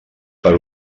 per